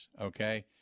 Okay